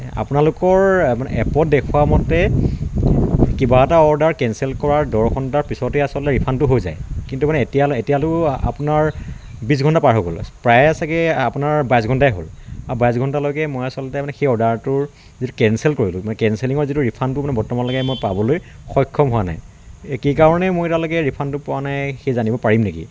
আপোনালোকৰ এপত দেখুওৱা মতে কিবা এটা অৰ্ডাৰ কেনচেল কৰাৰ দহ ঘণ্টাৰ পিছতে আচলতে ৰিফাণ্ডটো হৈ যায় কিন্তু মানে এতিয়া এতিয়ালৈয়ো আপোনাৰ বিছ ঘণ্টা পাৰ হৈ গ'ল প্ৰায়ে চাগে' আপোনাৰ বাইছ ঘণ্টাই হ'ল আৰু বাইছ ঘণ্টালৈকে মই আচলতে সেই অৰ্ডাৰটোৰ যিটো কেনচেল কৰিলোঁ কেনচেলিঙৰ যিটো ৰিফাণ্ডটো মানে বৰ্তমানলৈকে মই পাবলৈ সক্ষম হোৱা নাই কি কাৰণে মই এতিয়ালৈকে ৰিফাণ্ডটো পোৱা নাই সেই জানিব পাৰিম নেকি